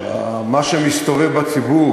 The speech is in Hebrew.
מה שמסתובב בציבור,